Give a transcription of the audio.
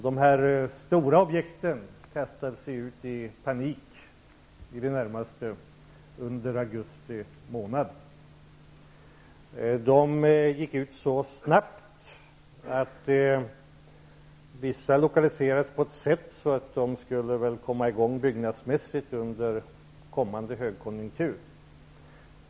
De stora namnen kastade sig närmast ut i panik under augusti månad. De gick ut så snabbt att vissa byggnadsmässigt skulle komma i gång under kommande högkonjunktur.